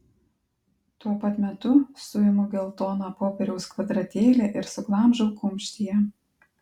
tuo pat metu suimu geltoną popieriaus kvadratėlį ir suglamžau kumštyje